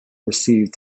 received